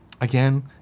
again